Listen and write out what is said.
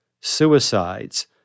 suicides